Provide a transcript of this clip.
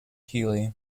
healey